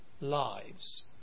lives